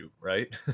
right